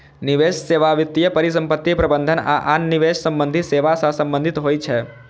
निवेश सेवा वित्तीय परिसंपत्ति प्रबंधन आ आन निवेश संबंधी सेवा सं संबंधित होइ छै